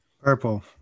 Purple